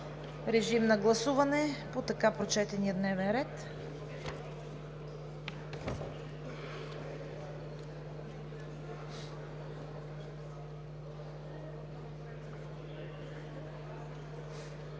режим на гласуване по така прочетения дневен ред.